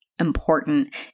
Important